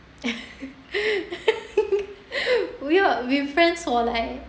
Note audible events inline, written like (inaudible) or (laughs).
(laughs) we friends or what